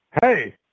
Hey